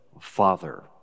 Father